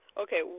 Okay